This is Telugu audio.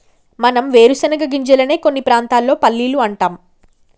మనం వేరుశనగ గింజలనే కొన్ని ప్రాంతాల్లో పల్లీలు అంటాం